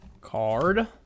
card